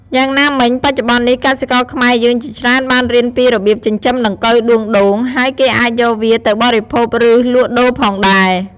យ៉ាងណាមិញ បច្នុប្បន្ននេះ កសិករខ្មែរយើងជាច្រើនបានរៀនពីរបៀបចិញ្ចឹមដង្កូវដួងដូង ហើយគេអាចយកវាទៅបរិភោគ ឬ លក់ដូរផងដែរ។